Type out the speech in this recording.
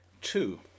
two